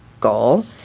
goal